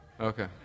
Okay